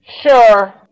Sure